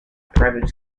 private